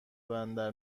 بندر